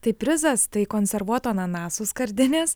tai prizas tai konservuotų ananasų skardinės